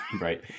Right